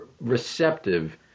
receptive